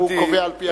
הוא הקובע על-פי החוק.